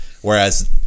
Whereas